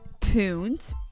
tuned